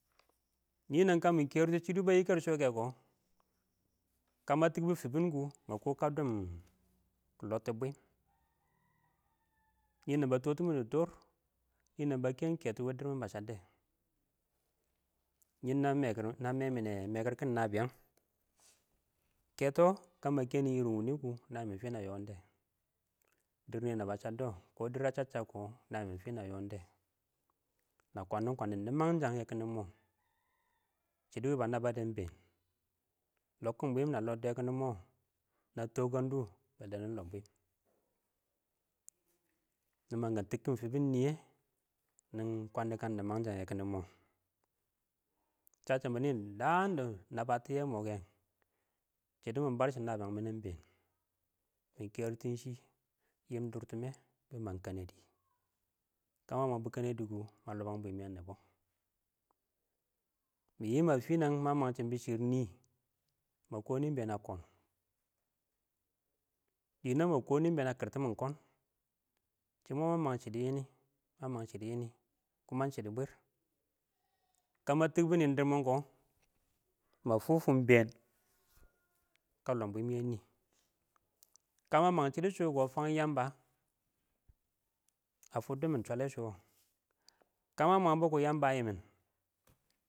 Nɪnəng mɪ kɛrɪ sɪdɪ bə yɪkɛn sɔ kɛ kɔ kə mə tɪkbʊ fibin kʊ ma kɔm dɔɔm kɪ lɔttɪ bwɪm, nɪnəng ba tɔtimin dɪ toor, ninɛng mee kɛ keto wɪ nɪngdɪrmɪn mə chəkdɔ nɪn nə mɛkɪr naꞌ mɛmɪnɛ mɛkərkɪn nəbɪyəng kɛtɔ ɪng kə məkɛnɪ ɪrɪn wʊnʊ kʊ nəyi̱mɪn fɪn nə yɔɔn dɛ dɪrr nɪn də bə chən dɔ kɔ dɪɪr ə chəccha̱b kɔ na yimun fɪn da na yonde. Na kwandin kwando nɪmənchəng yekɪni mʊ shɪdɪ wɪ bə naəbətɪn dɛ lɔkkɪn bwɪm nə lɔddɪ yɛ kɛnɪ mɔꞌɔ nə tɔkəndʊ balle nɪ lɔb bwiin, nɪ mang k tikkin fibin niyye, nɪ kwaandi kan nɪ mang dɛ yənɪ mɔ chəcchɪn bɪnɪ dəan nə fətʊ yɛ mɔ kɛ kɛtɪ mɪ barshim nabiyaang mɪn ɪn bɛn, mɪ kɛrɪtɪnshɪ durtume bɪ mang kɛnɛdɪ kə bə məngbʊ kənədɪ kʊ ma bɔ bang bwiim yɛ nɪbɔ mɪ yɪ ma finang ma mang shɪm bɔ shɪrr nɪ, ma kʊ nɪ ing been a kʊn, dɪneng mɔkʊm nɪnɛng ə kirtimin kʊn, shɪ moma mang shɪdo yɛni mə məng shɪdɪ yɛ nɪng kʊmə ɪng shɪdo bwɪrrɪ kama tikbu nun dirrmin kʊ ma fufu ɪng bɛn kə loom bwɪm yɛ nɪ, kə ma mangim shiddɔ shukɔ fangɔ yamba ə fʊddʊmɪn chwɛllɛ shʊ wɪ kə məə məngbʊ kʊ yəmbə ə yɪm.